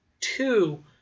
two